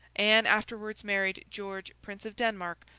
anne afterwards married george, prince of denmark,